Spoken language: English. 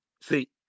See